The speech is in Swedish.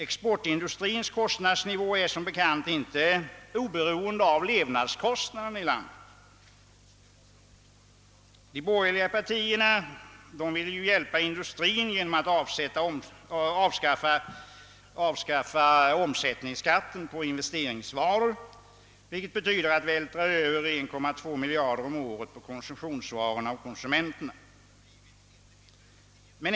Exportindustrins kostnadsnivå är som bekant inte oberoende av levnadskostnaderna i landet. De borgerliga partierna vill hjälpa industrin genom att avskaffa omsättningsskatten på investeringsvaror, vilket skulle innebära att man vältrade över 1,2 miljard om året på konsumtionsvarorna och på konsumenterna.